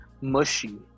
mushy